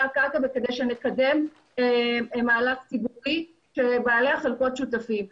הקרקע וכדי שנקדם מהלך ציבורי שבעלי החלקות שותפים לו.